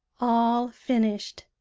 all finished,